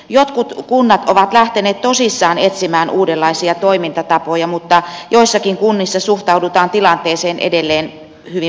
jotkut kunnat ovat lähteneet tosissaan etsimään uudenlaisia toimintatapoja mutta joissakin kunnissa suhtaudutaan tilanteeseen edelleen hyvin passiivisesti